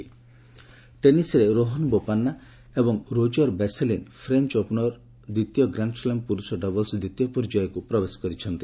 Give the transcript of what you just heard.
French Open ଟେନିସ୍ରେ ରୋହନ ବୋପାନ୍ନା ଏବଂ Roger Vasselin French ଓପନ୍ର ଦ୍ୱିତୀୟ ଗ୍ରାଣ୍ଡସ୍ଲାମ୍ ପୁରୁଷ ଡବଲ୍ସ ଦ୍ୱିତୀୟ ପର୍ଯ୍ୟାୟକୁ ପ୍ରବେଶ କରିଛନ୍ତି